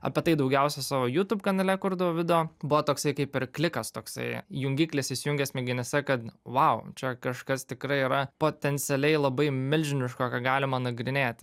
apie tai daugiausiai savo youtube kanale kurdavau video buvo toksai kaip ir klikas toksai jungiklis įsijungia smegenyse kad vau čia kažkas tikrai yra potencialiai labai milžiniško ką galima nagrinėti